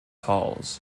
halls